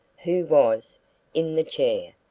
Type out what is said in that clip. who was in the chair.